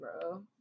bro